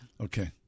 Okay